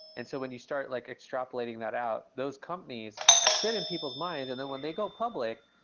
and so when you start like extrapolating that out, those companies are set in people's minds and then when they go public,